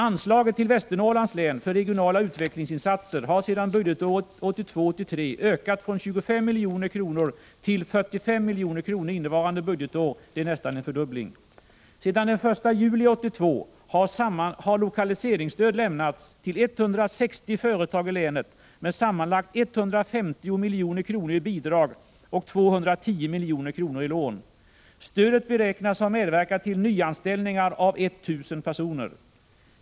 Anslaget till Västernorrlands län för regionala utvecklingsinsatser har sedan budgetåret 1982/83 ökat från 25 milj.kr. till 45 milj.kr. innevarande budgetår — det är nästan en fördubbling. Sedan den 1 juli 1982 har lokaliseringsstöd lämnats till 160 företag i länet med sammanlagt 150 milj.kr. i bidrag och 210 milj.kr. i lån. Stödet beräknas ha medverkat till nyanställningar av 1 000 personer.